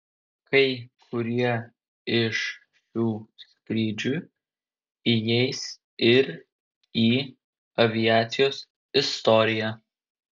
kai kurie iš šių skrydžių įeis ir į aviacijos istoriją